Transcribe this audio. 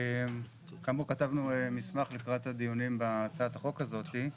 כאמור, כתבנו מסמך לקראת הדיונים בהצעת החוק הזאת.